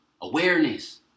awareness